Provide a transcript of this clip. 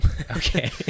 Okay